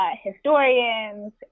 historians